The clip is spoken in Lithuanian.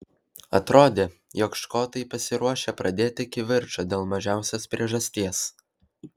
atrodė jog škotai pasiruošę pradėti kivirčą dėl mažiausios priežasties